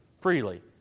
freely